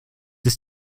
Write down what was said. ist